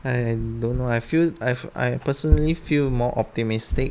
I don't know I feel I've I personally feel more optimistic